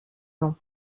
long